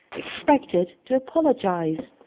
expected to apologize.